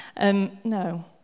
no